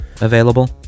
available